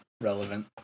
relevant